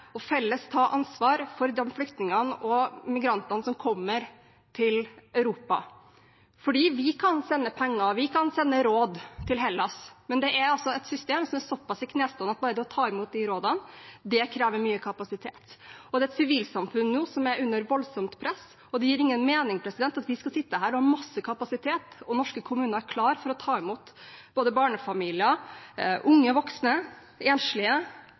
og felles ta ansvar for flyktningene og migrantene som kommer til Europa, fordi vi kan sende penger, vi kan sende råd til Hellas. Men det er et system som er såpass i knestående at bare det å ta imot de rådene krever mye kapasitet. Det er et sivilsamfunn som er under et voldsomt press, og det gir ingen mening at vi skal sitte her og ha masse kapasitet – norske kommuner er klar for å ta imot både barnefamilier, unge voksne og enslige